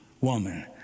woman